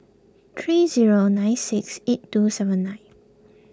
three zero nine six eight two seven nine